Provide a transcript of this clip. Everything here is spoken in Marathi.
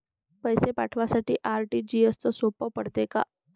पैसे पाठवासाठी आर.टी.जी.एसचं सोप पडते का?